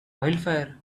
wildfire